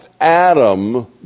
Adam